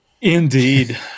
Indeed